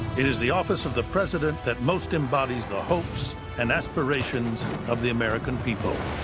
it is the office of the president that most embodies the hopes and aspirations of the american people.